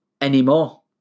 anymore